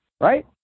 Right